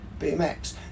bmx